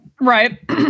right